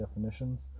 definitions